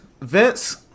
Vince